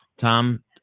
Tom